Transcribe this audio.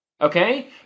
Okay